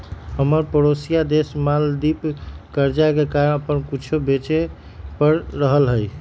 हमर परोसिया देश मालदीव कर्जा के कारण अप्पन कुछो बेचे पड़ रहल हइ